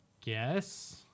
guess